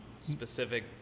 specific